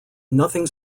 nothing